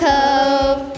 Cove